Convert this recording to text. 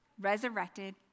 resurrected